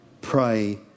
pray